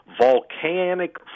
volcanic